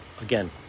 again